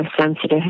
sensitive